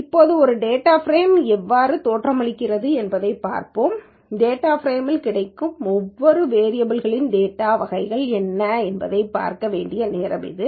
இப்போது ஒரு டேட்டாச் பிரேம் எவ்வாறு தோற்றமளிக்கிறது என்பதைப் பார்த்தோம் டேட்டாச் பிரேமில் கிடைக்கும் ஒவ்வொரு வேரியபல் யின் டேட்டா வகைகள் என்ன என்பதைப் பார்க்க வேண்டிய நேரம் இது